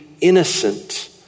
innocent